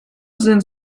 sind